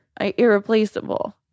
irreplaceable